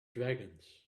dragons